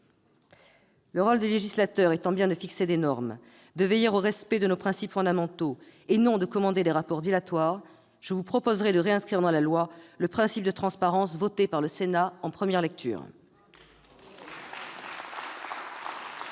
Le rôle du législateur étant bien de fixer des normes, de veiller au respect de nos principes fondamentaux, et non de commander des rapports dilatoires, je vous proposerai de réinscrire dans la loi le principe de transparence voté par le Sénat en première lecture.